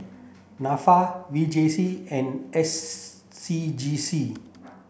NAFA V J C and S C G C